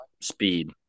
Speed